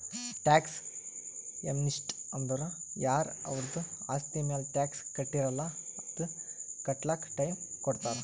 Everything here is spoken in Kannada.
ಟ್ಯಾಕ್ಸ್ ಯೇಮ್ನಿಸ್ಟಿ ಅಂದುರ್ ಯಾರ ಅವರ್ದು ಆಸ್ತಿ ಮ್ಯಾಲ ಟ್ಯಾಕ್ಸ್ ಕಟ್ಟಿರಲ್ಲ್ ಅದು ಕಟ್ಲಕ್ ಟೈಮ್ ಕೊಡ್ತಾರ್